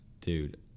Dude